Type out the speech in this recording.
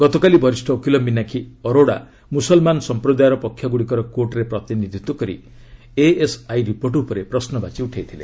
ଗତକାଲି ବରିଷ୍ଠ ଓକିଲ ମିନାକ୍ଷୀ ଅରୋରା ମୁସଲମାନ ସମ୍ପ୍ରଦାୟର ପକ୍ଷଗୁଡ଼ିକର କୋର୍ଟ୍ରେ ପ୍ରତିନିଧିତ୍ୱ କରି ଏଏସ୍ଆଇ ରିପୋର୍ଟ ଉପରେ ପ୍ରଶ୍ରବାଚୀ ଉଠାଇଥିଲେ